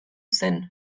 zen